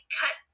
cut